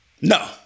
No